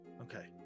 Okay